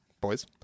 boys